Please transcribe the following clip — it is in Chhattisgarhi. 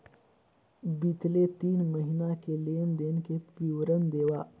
बितले तीन महीना के लेन देन के विवरण देवा?